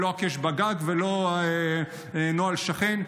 לא הקש בגג ולא נוהל שכן,